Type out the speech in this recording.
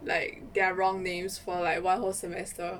like their wrong names for like one whole semester